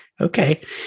okay